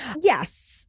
Yes